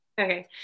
Okay